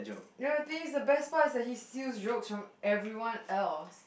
no please the best part is that he steals jokes from everyone else